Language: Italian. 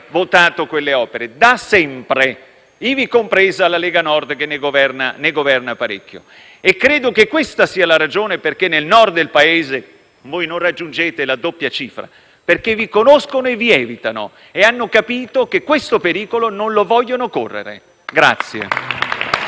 favore - ripeto, da sempre - ivi compresa la Lega Nord, che ne governa parecchie. Credo che questa sia la ragione per cui nel Nord del Paese voi non raggiungete la doppia cifra: vi conoscono e vi evitano e hanno capito che questo pericolo non lo vogliono correre.